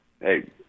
Hey